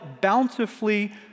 bountifully